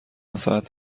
ساعت